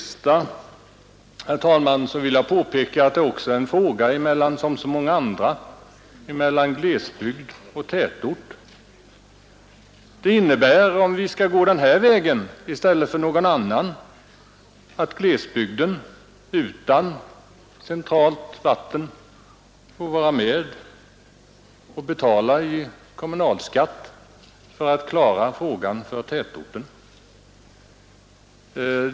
Slutligen vill jag påpeka att vi här som i så många andra fall har att göra med en avvägningsfråga mellan glesbygd och tätort. Om vi går denna väg, så innebär det att glesbygden, som saknar centralt vatten, på sin kommunalskatt får vara med om att betala för att klara frågan för tätorten.